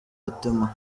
otema